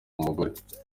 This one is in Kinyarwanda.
umugore